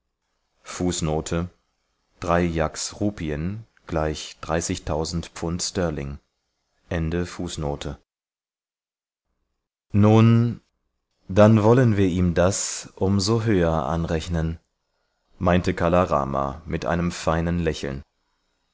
drei iahks rupiendrei iahks rupien pfund sterling zu verzichten nun dann wollen wir ihm das um so höher anrechnen meinte kala rama mit einem feinen lächeln